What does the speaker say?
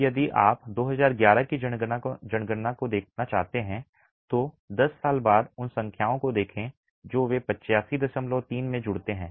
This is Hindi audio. अब यदि आप 2011 की जनगणना को देखना चाहते हैं तो 10 साल बाद उन संख्याओं को देखें जो वे 853 में जोड़ते हैं